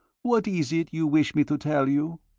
what is it you wish me to tell you?